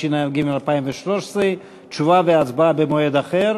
התשע"ג 2013. תשובה והצבעה במועד אחר.